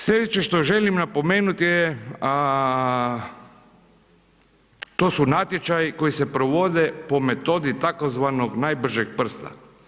Sljedeće što želim napomenuti je, to su natječaji koji se provode po metodi tzv. najbržeg prsta.